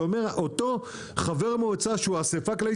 אתה אומר חבר מועצה שהוא באסיפה הכללית